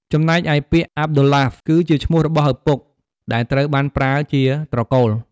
ចំណែកឯពាក្យអាប់ឌុលឡាហ្វ គឺជាឈ្មោះរបស់ឪពុក ដែលត្រូវបានប្រើជាត្រកូល។